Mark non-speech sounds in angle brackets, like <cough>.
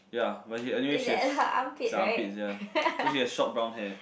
ya <noise> anyway she has it's her armpits yeah so she have short brown hair